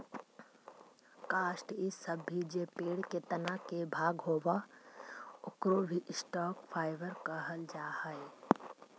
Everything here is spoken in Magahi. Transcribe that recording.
काष्ठ इ सब भी जे पेड़ के तना के भाग होवऽ, ओकरो भी स्टॉक फाइवर कहल जा हई